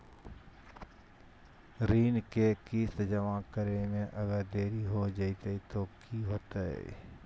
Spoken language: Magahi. ऋण के किस्त जमा करे में अगर देरी हो जैतै तो कि होतैय?